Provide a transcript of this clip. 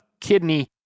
kidney